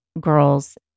girls